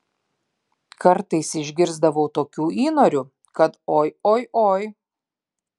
kartais išgirsdavau tokių įnorių kad oi oi oi